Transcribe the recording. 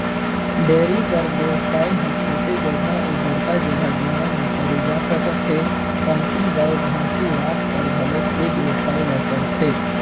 dairy कर बेवसाय ह छोटे जघा अउ बड़का जघा दूनो म करे जा सकत हे, कमती गाय, भइसी राखकर घलोक ए बेवसाय ल करथे